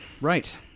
Right